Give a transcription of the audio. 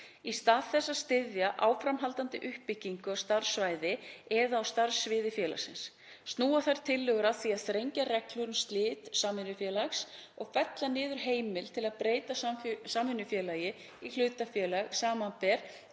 í stað þess að styðja áframhaldandi uppbyggingu á starfssvæði eða á starfssviði félagsins. Snúa þær tillögur að því að þrengja reglur um slit samvinnufélags og fella niður heimild til að breyta samvinnufélagi í hlutafélag, sbr.